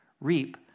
reap